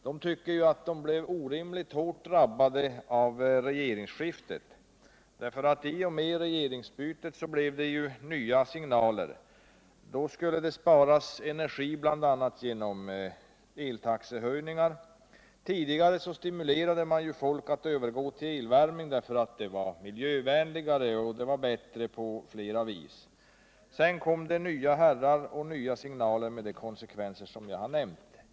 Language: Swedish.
De tycker att de blivit orimligt hårt drabbade av regeringsskiftet. I och med regeringsbytet blev det nya signaler. Då skulle det sparas energi, bl.a. genom eltaxehöjningar. Tidigare stimulerade man folk att övergå till elvärme därför att den var miljövänligare än annan uppvärmning och bättre på flera vis. Sedan kom det nya herrar och nya signaler, med de konsekvenser jag har nämnt.